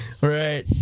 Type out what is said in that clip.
Right